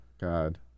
God